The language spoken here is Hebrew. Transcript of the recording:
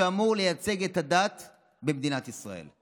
שאמור לייצג את הדת במדינת ישראל.